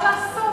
מה לעשות?